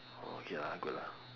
orh okay lah good lah